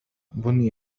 بُني